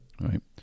right